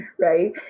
right